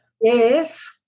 Yes